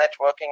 networking